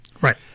Right